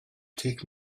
take